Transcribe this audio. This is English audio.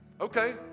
okay